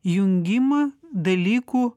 jungimą dalykų